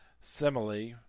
Simile